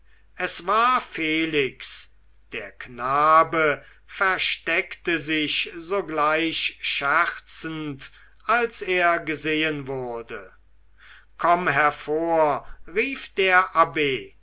es war felix der knabe versteckte sich sogleich scherzend als er gesehen wurde komm hervor rief der abb